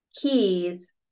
keys